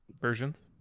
versions